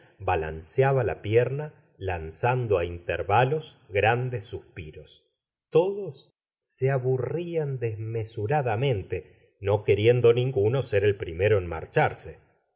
balanceaba la pierna lanzando á intervalos grandes suspiros todos se aburrian desmesuradamente no queriendo ninguno ser el primero en marcharse